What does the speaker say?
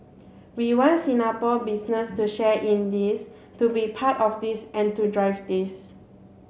we want Singapore business to share in this to be part of this and to drive this